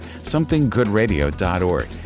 somethinggoodradio.org